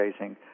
raising